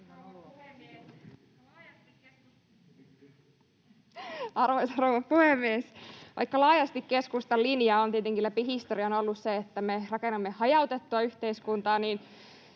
Arvoisa rouva puhemies! Vaikka laajasti keskustan linja on tietenkin läpi historian ollut se, että me rakennamme hajautettua yhteiskuntaa,